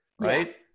right